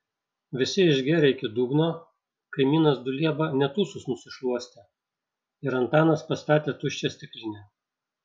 visi išgėrė iki dugno kaimynas dulieba net ūsus nusišluostė ir antanas pastatė tuščią stiklinę